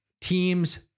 teams